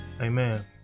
Amen